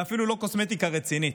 ואפילו לא קוסמטיקה רצינית.